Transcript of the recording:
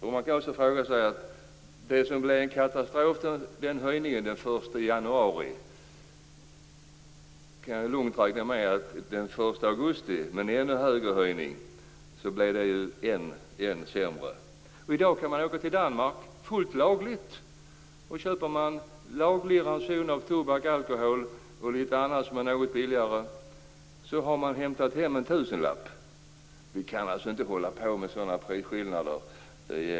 När höjningen den 1 januari ledde till en katastrof kan man lugnt räkna ut att den ännu större höjningen den 1 augusti kommer att innebära att det blir ännu värre. I dag kan man åka till Danmark och köpa en laglig ranson av tobak, alkohol och litet annat som är något billigare, och på så vis har man hämtat hem en tusenlapp. Vi kan inte ha sådana prisskillnader.